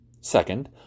Second